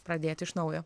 pradėti iš naujo